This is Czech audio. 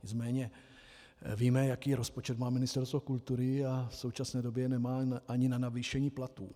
Nicméně víme, jaký rozpočet má Ministerstvo kultury, a v současné době nemá ani na navýšení platů.